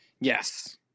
yes